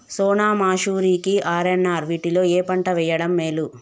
సోనా మాషురి కి ఆర్.ఎన్.ఆర్ వీటిలో ఏ పంట వెయ్యడం మేలు?